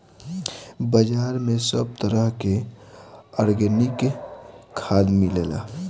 बाजार में सब तरह के आर्गेनिक खाद मिलेला